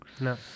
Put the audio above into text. No